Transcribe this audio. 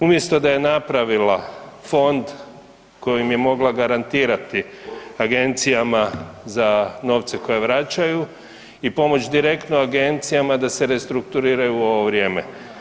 Umjesto da je napravila Fond kojim je mogla garantirati Agencijama za novce koje vračaju i pomoć direktno Agencijama da se restrukturiraju u ovo vrijeme.